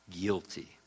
guilty